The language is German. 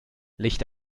licht